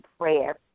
prayer